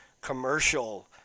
commercial